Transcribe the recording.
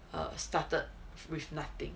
um started with nothing